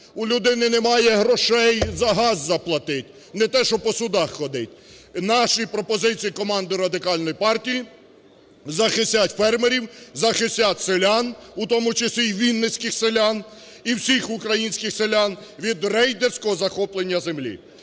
У людини немає грошей за газ заплатить, не те, що по судах ходить. Наші пропозиції, команди Радикальної партії, захистять фермерів, захистять селян, в тому числі і вінницьких селян, і всіх українських селян від рейдерського захоплення землі.